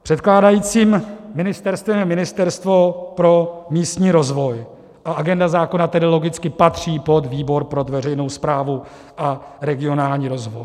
Předkládajícím ministerstvem je Ministerstvo pro místní rozvoj, a agenda zákona tedy logicky patří pod výbor pro veřejnou správu a regionální rozvoj.